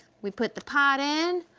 we put the pot in,